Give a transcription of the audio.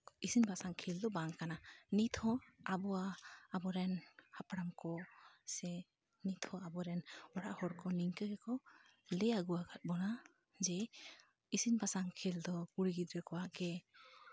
ᱤᱥᱤᱱ ᱵᱟᱥᱟᱝ ᱠᱷᱮᱞ ᱫᱚ ᱵᱟᱝ ᱠᱟᱱᱟ ᱱᱤᱛᱦᱚᱸ ᱟᱵᱚᱣᱟᱜ ᱟᱵᱚᱨᱮᱱ ᱦᱟᱯᱲᱟᱢ ᱠᱚ ᱥᱮ ᱱᱤᱛ ᱦᱚᱸ ᱟᱵᱚ ᱨᱮᱱ ᱚᱲᱟᱜ ᱦᱚᱲ ᱠᱚ ᱱᱤᱝᱠᱟᱹ ᱜᱮᱠᱚ ᱞᱟᱹᱭ ᱟᱹᱜᱩ ᱠᱟᱫ ᱵᱚᱱᱟ ᱡᱮ ᱤᱥᱤᱱ ᱵᱟᱥᱟᱝ ᱠᱷᱮᱞ ᱫᱚ ᱠᱩᱲᱤ ᱜᱤᱫᱽᱨᱟᱹ ᱠᱚᱣᱟᱜ ᱜᱮ